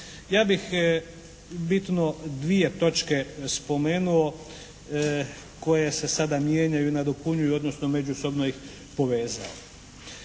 Ja bih bitno dvije točke spomenuo koje se sada mijenjaju, nadopunjuju odnosno međusobno ih povezao.